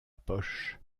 poche